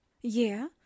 Yeah